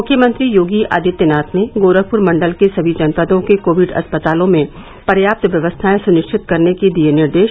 मुख्यमंत्री योगी आदित्यनाथ ने गोरखप्र मंडल के सभी जनपदों के कोविड अस्पतालों में पर्याप्त व्यवस्थाए सुनिश्चित करने के दिए निर्देश